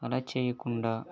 అలా చెయ్యకుండా